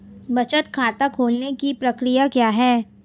बचत खाता खोलने की प्रक्रिया क्या है?